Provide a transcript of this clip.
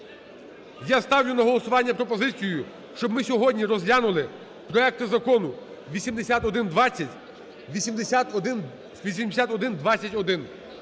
Я ставлю на голосування пропозицію, щоб ми сьогодні розглянули проекти Закону 8120, 8121,